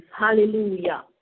hallelujah